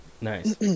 Nice